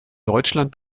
deutschland